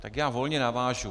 Tak já volně navážu.